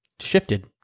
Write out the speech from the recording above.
shifted